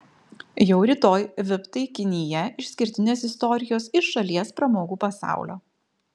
jau rytoj vip taikinyje išskirtinės istorijos iš šalies pramogų pasaulio